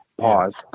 pause